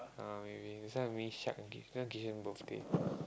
ah wait wait this one me this one give him birthday